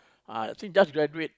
ah she just graduate